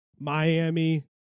Miami